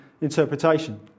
interpretation